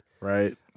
Right